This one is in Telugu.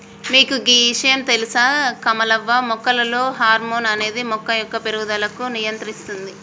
మీకు గీ ఇషయాం తెలుస కమలవ్వ మొక్కలలో హార్మోన్ అనేది మొక్క యొక్క పేరుగుదలకు నియంత్రిస్తుంది